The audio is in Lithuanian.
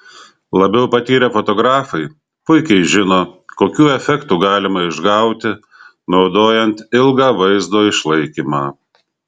labiau patyrę fotografai puikiai žino kokių efektų galima išgauti naudojant ilgą vaizdo išlaikymą